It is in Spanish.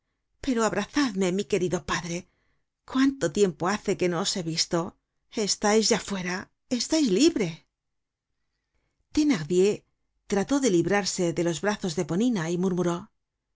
pero abrazad me mi querido padre cuánto tiempo hace que no os he visto t estais ya fuera estais libre thenardier trató de librarse de los brazos de eponina y